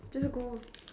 just go